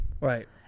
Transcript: Right